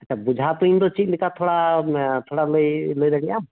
ᱟᱪᱪᱷᱟ ᱵᱮᱡᱷᱟ ᱛᱩᱧ ᱫᱚ ᱪᱮᱫᱞᱮᱠᱟ ᱛᱷᱚᱲᱟ ᱞᱟᱹᱭ ᱛᱷᱚᱲᱟ ᱞᱟᱹᱭ ᱫᱟᱲᱮᱭᱟᱜᱼᱟᱢ